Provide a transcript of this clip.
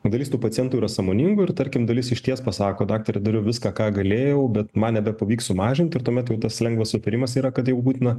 dalis tų pacientų yra sąmoningų ir tarkim dalis išties pasako daktare dariau viską ką galėjau bet man nebepavyks sumažint ir tuomet jau tas lengvas sutarimas yra kad būtina